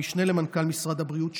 המשנה למנכ"ל משרד הבריאות,